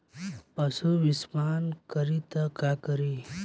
पशु विषपान करी त का करी?